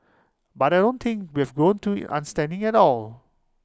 but I don't think we've grown to in understanding at all